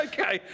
Okay